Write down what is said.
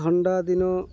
ଥଣ୍ଡା ଦିନ